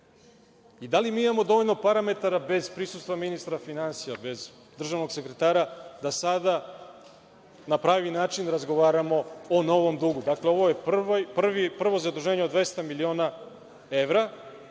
toga. Da li imamo dovoljno parametara bez prisustva ministra finansija, bez državnog sekretara, da sada na pravi način razgovaramo o novom dugu? Ovo je prvo zaduženje od 200 miliona evra.